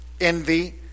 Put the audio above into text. envy